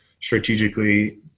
strategically